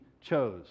chose